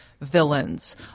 villains